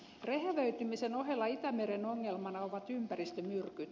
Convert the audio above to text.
rehevöitymisen ohella itämeren ongelmana ovat ympäristömyrkyt